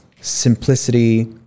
simplicity